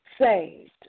saved